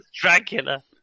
Dracula